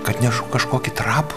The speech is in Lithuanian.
kad nešu kažkokį trapų